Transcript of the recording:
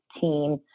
team